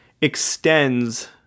extends